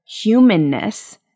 humanness